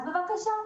בבקשה,